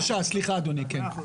בבקשה, סליחה אדוני כן.